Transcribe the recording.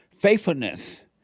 faithfulness